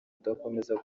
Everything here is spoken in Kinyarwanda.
udakomeza